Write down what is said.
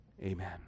Amen